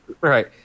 right